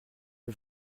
pas